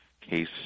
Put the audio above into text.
case